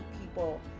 people